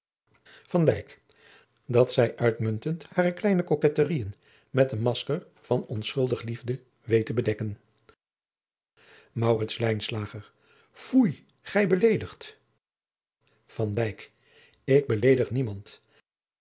dat zij uitnemend hare kleine coquetterijen met een masker van onschuldig liefde weet te bedekken maurits lijnslager foei gij beleedigt van dijk ik beleedig niemand